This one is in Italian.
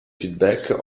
feedback